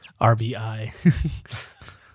RBI